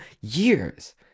years